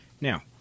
Now